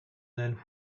than